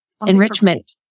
enrichment